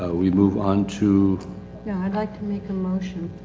ah we move on to. yeah, i'll like to make a motion.